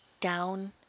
Down